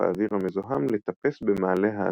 האוויר המזוהם לטפס במעלה האטמוספירה,